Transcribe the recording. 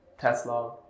tesla